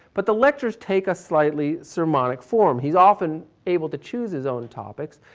but the lectures take a slightly sermonic form. he's often able to choose his own topics.